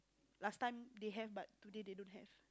last time they have but today they don't have